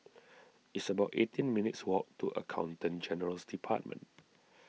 it's about eighteen minutes' walk to Accountant General's Department